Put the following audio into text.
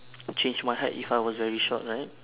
change my height if I was very short right